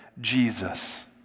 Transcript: Jesus